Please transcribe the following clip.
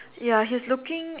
ya he is looking